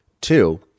two